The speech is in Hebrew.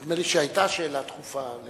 נדמה לי שהיתה שאלה דחופה.